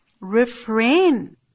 refrain